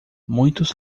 muitos